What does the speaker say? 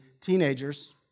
teenagers